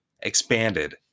expanded